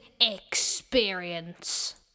experience